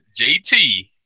JT